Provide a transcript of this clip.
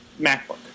MacBook